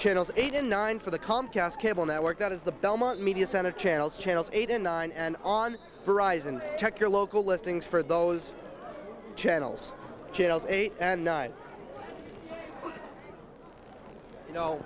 channels eight and nine for the comcast cable network that is the belmont media senate channels channels eight and nine and on horizon check your local listings for those channels kiddo's eight and nine you know